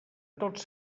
tots